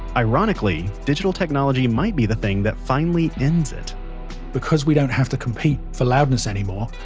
ironically, digital technology might be the thing that finally ends it because we don't have to compete for loudness anymore,